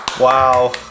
wow